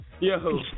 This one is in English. Yo